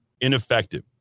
ineffective